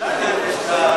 יותר את ההיתרים.